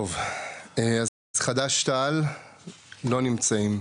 טוב, אז חד"ש תע"ל לא נמצאים.